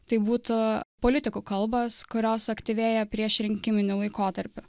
tai būtų politikų kalbos kurios suaktyvėja priešrinkiminiu laikotarpiu